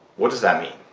what does that mean?